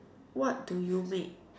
what do you make